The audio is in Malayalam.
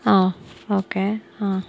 ആ ഓക്കെ ആ